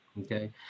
Okay